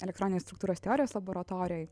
elektroninės struktūros teorijos laboratorijoj